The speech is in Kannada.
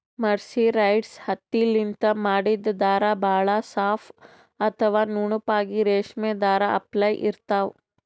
ಮರ್ಸಿರೈಸ್ಡ್ ಹತ್ತಿಲಿಂತ್ ಮಾಡಿದ್ದ್ ಧಾರಾ ಭಾಳ್ ಸಾಫ್ ಅಥವಾ ನುಣುಪಾಗಿ ರೇಶ್ಮಿ ಧಾರಾ ಅಪ್ಲೆ ಇರ್ತಾವ್